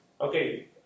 Okay